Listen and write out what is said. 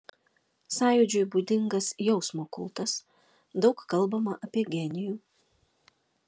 sąjūdžiui būdingas jausmo kultas daug kalbama apie genijų